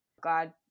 God